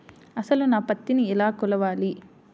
అసలు నా పత్తిని ఎలా కొలవాలి?